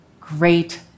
great